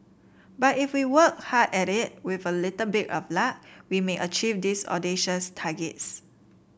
but if we work hard at it with a little bit of luck we may achieve these audacious targets